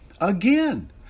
again